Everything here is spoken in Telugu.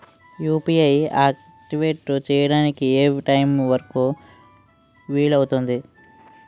యు.పి.ఐ ఆక్టివేట్ చెయ్యడానికి ఏ టైమ్ వరుకు వీలు అవుతుంది?